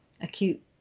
acute